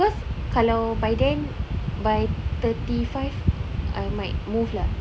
because kalau by then by thirty five I might move lah